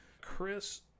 Chris